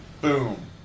boom